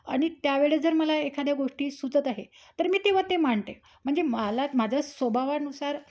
आणि त्यावेळेस जर मला एखाद्या गोष्टी सुचत आहे तर मी तेव्हा ते मांडते म्हणजे मला माझ्या स्वभावानुसार